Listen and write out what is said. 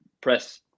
press